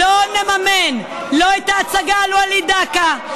זה לא כסף שלך.